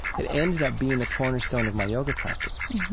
it ended up being the cornerstone of my yoga practice.